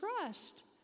trust